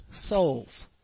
souls